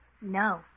No